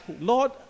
Lord